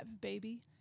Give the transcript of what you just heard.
baby